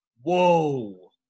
Whoa